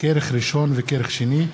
כרך ראשון וכרך שני,